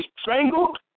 strangled